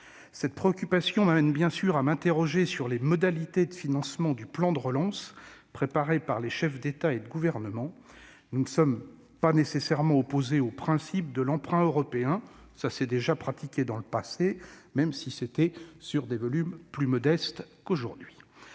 Cette préoccupation m'amène à m'interroger sur les modalités de financement du plan de relance préparé par les chefs d'État et de gouvernement. Nous ne sommes pas nécessairement opposés au principe de l'emprunt européen- cela s'est déjà pratiqué dans le passé, certes pour des volumes plus modestes -, mais